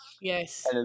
yes